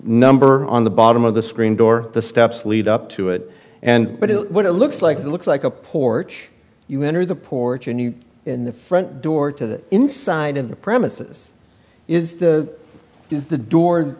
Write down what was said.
number on the bottom of the screen door the steps lead up to it and but what it looks like that looks like a porch you enter the porch and you in the front door to the inside of the premises is the is the door and